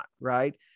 right